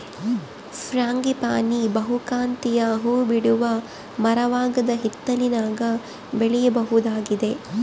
frangipani ಬಹುಕಾಂತೀಯ ಹೂಬಿಡುವ ಮರವಾಗದ ಹಿತ್ತಲಿನಾಗ ಬೆಳೆಯಬಹುದಾಗಿದೆ